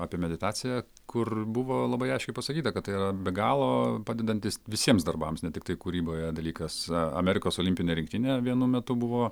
apie meditaciją kur buvo labai aiškiai pasakyta kad tai yra be galo padedantis visiems darbams ne tiktai kūryboje dalykas amerikos olimpinė rinktinė vienu metu buvo